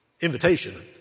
invitation